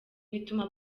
bituma